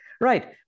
Right